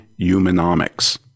Humanomics